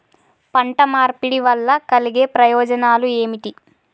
పంట మార్పిడి వల్ల కలిగే ప్రయోజనాలు ఏమిటి?